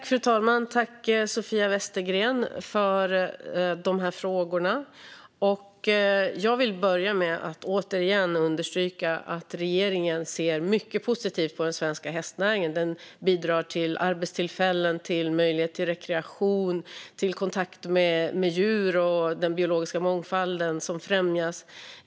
Fru talman! Jag tackar Sofia Westergren för frågorna. Jag vill börja med att återigen understryka att regeringen ser mycket positivt på den svenska hästnäringen. Den bidrar till arbetstillfällen, möjlighet till rekreation och kontakt med djur och den biologiska mångfalden, som främjas.